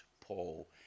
Paul